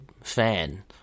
fan